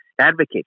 advocate